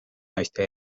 naiste